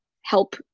help